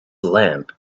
lamp